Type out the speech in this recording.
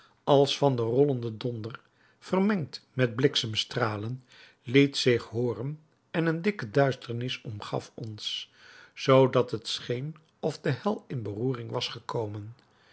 als van den rollenden donder vermengd met bliksemstralen liet zich hooren en een dikke duisternis omgaf ons zoodat het scheen of de hel in beroering was gekomen